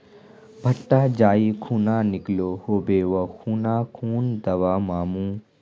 भुट्टा जाई खुना निकलो होबे वा खुना कुन दावा मार्मु?